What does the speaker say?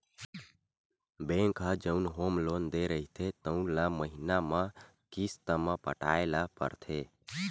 bank ह जउन home loan दे रहिथे तउन ल महिना म किस्त म पटाए ल परथे